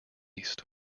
east